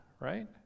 right